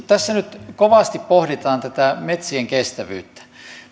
tässä nyt kovasti pohditaan tätä metsien kestävyyttä